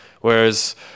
Whereas